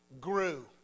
grew